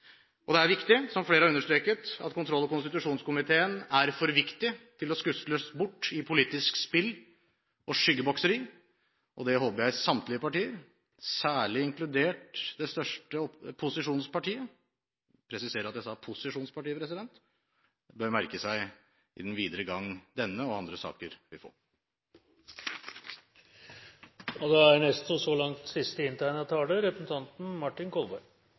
Det er riktig, som flere har understreket, at kontroll- og konstitusjonskomiteen er for viktig til å skusles bort i politisk spill og skyggebokseri, og det håper jeg samtlige partier, særlig inkludert det største posisjonspartiet – jeg presiserer at jeg sa posisjonspartiet – bør merke seg i den videre gang denne og andre saker vil